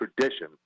tradition